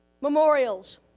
memorials